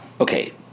Okay